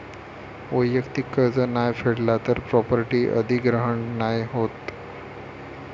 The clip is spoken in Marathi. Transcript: वैयक्तिक कर्ज नाय फेडला तर प्रॉपर्टी अधिग्रहण नाय होत